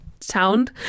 sound